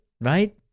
Right